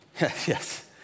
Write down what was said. Yes